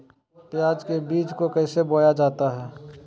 प्याज के बीज को कैसे बोया जाता है?